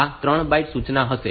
આ 3 બાઈટ સૂચના હશે